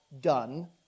done